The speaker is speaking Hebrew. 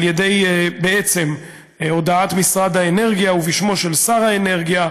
על ידי הודעת משרד האנרגיה ובשמו של שר האנרגיה,